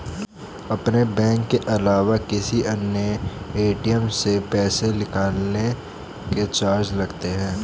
अपने बैंक के अलावा किसी अन्य ए.टी.एम से पैसे निकलवाने के चार्ज लगते हैं